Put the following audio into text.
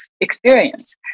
experience